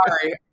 Sorry